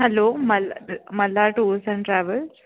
hello मल Malhar tours and travels